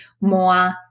more